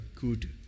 good